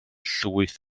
llwyth